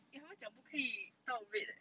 you always 讲不可以到 red leh